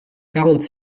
quarante